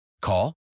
Call